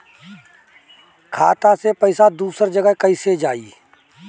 खाता से पैसा दूसर जगह कईसे जाई?